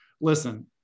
listen